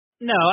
No